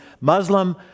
Muslim